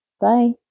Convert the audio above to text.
Bye